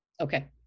Okay